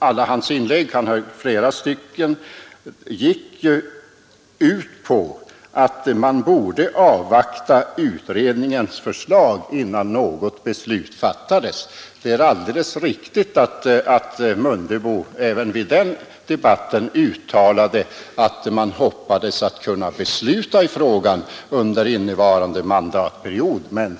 Alla hans inlägg — han höll flera stycken — gick ut på att man borde avvakta utredningens förslag, innan något beslut fattades. Det är alldeles riktigt att herr Mundebo även vid den debatten uttalade att han hoppades att det kunde fattas ett beslut i frågan under innevarande mandatperiod.